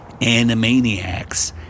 Animaniacs